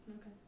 Okay